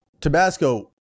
Tabasco